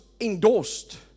endorsed